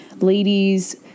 ladies